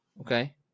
okay